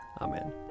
Amen